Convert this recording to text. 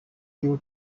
due